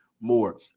more